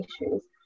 issues